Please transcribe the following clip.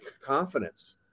confidence